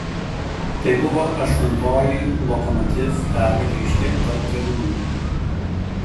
tai buvo aštuntoji lokomotiv pergalė iš tiek pat galimų